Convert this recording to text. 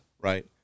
right